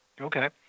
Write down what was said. Okay